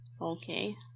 okay